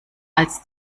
als